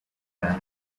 planet